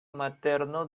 materno